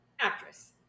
Actress